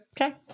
Okay